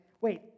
wait